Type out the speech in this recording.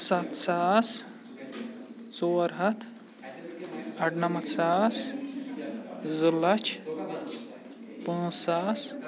سَتھ ساس ژور ہَتھ اَڑنَمَتھ ساس زٕ لَچھ پٲنٛژ ساس